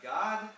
God